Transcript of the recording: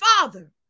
Father